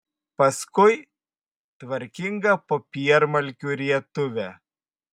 paskui tvarkingą popiermalkių rietuvę